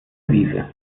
wiese